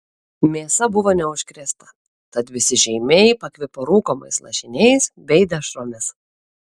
mėsa buvo neužkrėsta tad visi žeimiai pakvipo rūkomais lašiniais bei dešromis